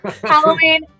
halloween